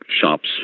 shops